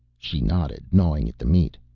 she nodded, gnawing at the meat.